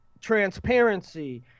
transparency